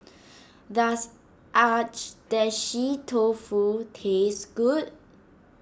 does Agedashi Dofu taste good